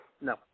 No